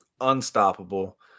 unstoppable